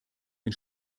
den